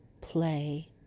play